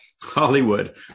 Hollywood